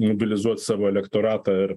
mobilizuot savo elektoratą ir